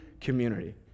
community